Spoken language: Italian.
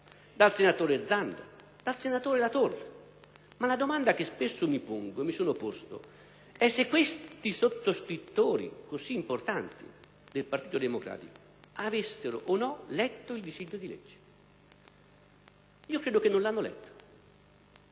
dal senatore Zanda e dal senatore Latorre? Ma la domanda che spesso mi pongo e mi sono posto è se questi sottoscrittori così importanti del Partito Democratico abbiano o no letto il proprio disegno di legge. Credo che non lo abbiano letto.